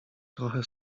trochę